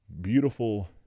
beautiful